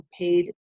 paid